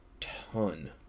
ton